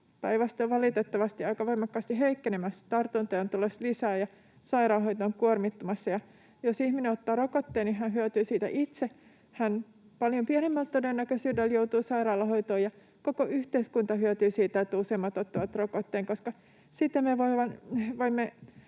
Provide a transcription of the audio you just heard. valitettavasti aika voimakkaasti heikkenemässä. Tartuntoja on tulossa lisää ja sairaanhoito on kuormittumassa. Jos ihminen ottaa rokotteen, niin hän hyötyy siitä itse. Hän paljon pienemmällä todennäköisyydellä joutuu sairaalahoitoon. Koko yhteiskunta hyötyy siitä, että useimmat ottavat rokotteen,